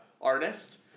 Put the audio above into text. artist